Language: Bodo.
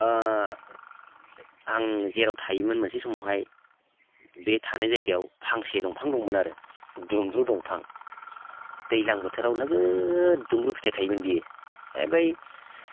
आं जेराव थायोमोन मोनसे समावहाय बे थानाय जायगायाव फांसे दंफां दङमोन आरो दुम्ब्रु दंफां दैज्लां बोथोराव नोगोद दुम्ब्रु फिथाइ थाइयोमोन बियो बेनिफ्राय